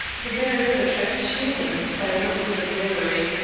the barrister tried to cheer him by a little bit of raillery